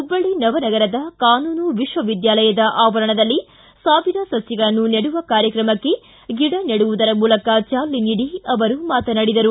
ಹುಬ್ಬಳ್ಳಿ ನವನಗರದ ಕಾನೂನು ವಿಕ್ವ ವಿದ್ವಾಲಯದ ಆವರಣದಲ್ಲಿ ಸಾವಿರ ಸಭಿಗಳನ್ನು ನೆಡುವ ಕಾರ್ಯಕ್ರಮಕ್ಕೆ ಗಿಡ ನೆಡುವುದರ ಮೂಲಕ ಚಾಲನೆ ನೀಡಿ ಅವರು ಮಾತನಾಡಿದರು